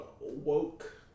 woke